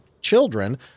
children